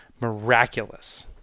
miraculous